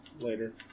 later